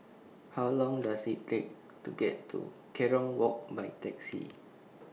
How Long Does IT Take to get to Kerong Walk By Taxi